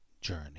journey